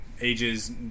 ages